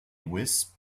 wisp